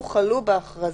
האישור.